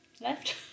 left